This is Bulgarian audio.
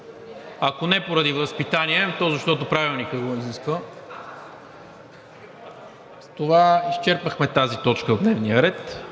ако не поради възпитание, то защото Правилникът го изисква. С това изчерпахме тази точка от дневния ред.